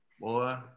Boy